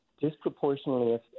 disproportionately